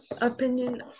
opinion